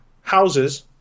houses